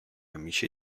amici